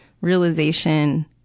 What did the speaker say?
realization